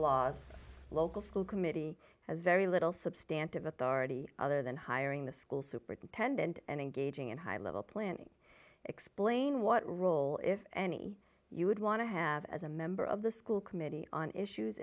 laws local school committee has very little substandard authority other than hiring the school superintendent and engaging in high level planning explain what role if any you would want to have as a member of the school committee on issues